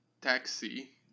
Taxi